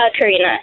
Karina